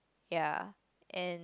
ya and